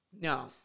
No